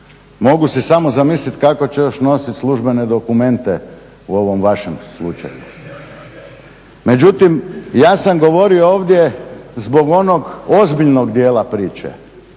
Mogu si samo zamisliti kako će još nositi službene dokumente u ovom vašem slučaju. Međutim, ja sam govorio ovdje zbog onog ozbiljnog dijela priče,